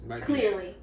Clearly